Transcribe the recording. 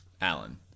Alan